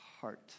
heart